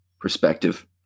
perspective